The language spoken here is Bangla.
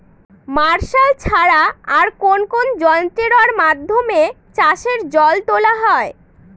মার্শাল ছাড়া আর কোন কোন যন্ত্রেরর মাধ্যমে চাষের জল তোলা হয়?